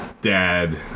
Dad